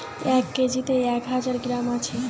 এক কেজিত এক হাজার গ্রাম আছি